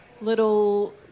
little